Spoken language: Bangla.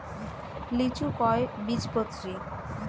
লিচু কয় বীজপত্রী?